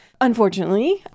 Unfortunately